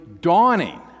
dawning